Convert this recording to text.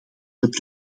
het